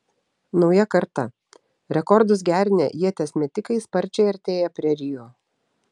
nauja karta rekordus gerinę ieties metikai sparčiai artėja prie rio